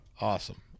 awesome